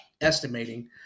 estimating